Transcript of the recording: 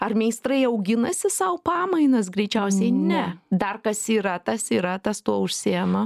ar meistrai auginasi sau pamainas greičiausiai ne dar kas yra tas yra tas tuo užsiima